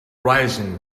rising